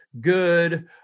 good